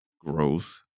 growth